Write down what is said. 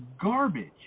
garbage